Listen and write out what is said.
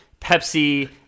Pepsi